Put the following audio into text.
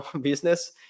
business